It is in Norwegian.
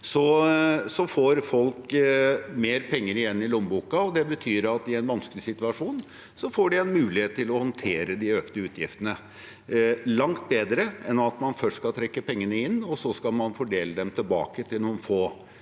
får folk mer penger igjen i lommeboka. Det betyr at i en vanskelig situasjon får de en mulighet til å håndtere de økte utgiftene. Det er langt bedre enn at man først skal trekke pengene inn og så fordele dem tilbake til noen få.